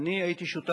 הייתי שותף